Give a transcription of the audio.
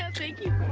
and thank you,